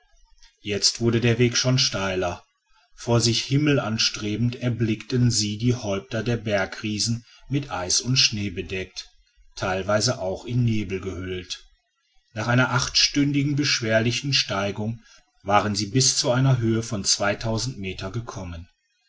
jetzt wurde der weg schon steiler vor sich himmelanstrebend erblickten sie die häupter der bergriesen mit eis und schnee bedeckt teilweise auch in nebel gehüllt nach einer achtstündigen beschwerlichen steigung waren sie bis zu einer höhe von meter gekommen